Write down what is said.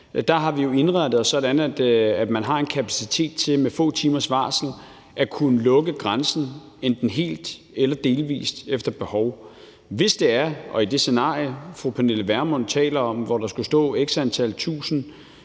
mod Tyskland indrettet det sådan, at man har en kapacitet til med få timers varsel at kunne lukke grænsen enten helt eller delvis efter behov. Hvis der kommer det scenarie, fru Pernille Vermund taler om, hvor der skulle stå x antal tusind